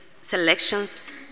selections